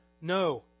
No